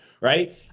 Right